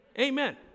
Amen